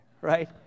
right